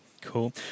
Cool